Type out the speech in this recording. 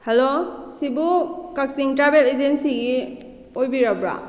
hello ꯁꯤꯕꯨ ꯀꯛꯆꯤꯡ travel ꯑꯦꯖꯦꯟꯁꯤꯒꯤ ꯑꯣꯏꯕꯤꯔꯕ꯭ꯔꯥ